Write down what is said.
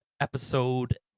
episode